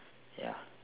ya